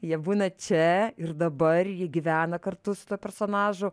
jie būna čia ir dabar jie gyvena kartu su tuo personažu